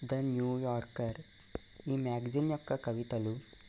the New Yorker ఈ magazine యొక్క కవితలు